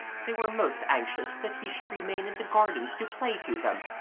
they were most anxious that he should remain in the gardens to play to them,